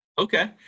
Okay